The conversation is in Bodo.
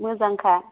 मोजांखा